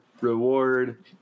reward